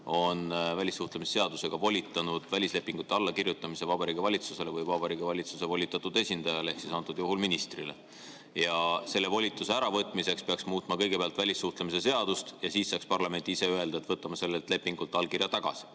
on välissuhtlemisseadusega volitanud välislepingutele allakirjutamise Vabariigi Valitsusele või Vabariigi Valitsuse volitatud esindajale ehk praegusel juhul ministrile. Selle volituse äravõtmiseks peaks muutma kõigepealt välissuhtlemisseadust ja siis saaks parlament ise öelda, et võtame sellelt lepingult allkirja tagasi.